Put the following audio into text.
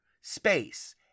space